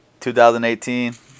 2018